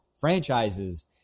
franchises